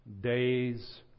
days